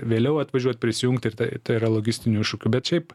vėliau atvažiuot prisijungt ir tai tai yra logistinių iššūkių bet šiaip